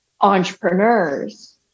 entrepreneurs